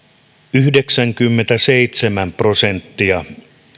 yhdeksänkymmentäseitsemän prosenttia